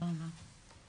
הישיבה ננעלה בשעה 11:53.